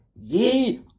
Ye